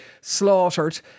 slaughtered